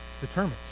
determines